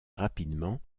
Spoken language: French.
rapidement